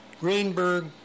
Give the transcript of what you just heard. Greenberg